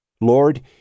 Lord